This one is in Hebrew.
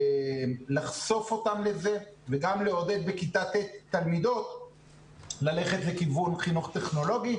לחשוף אותם לזה וגם לעודד בכיתה א' תלמידות ללכת לכיוון חינוך טכנולוגי.